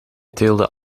teelde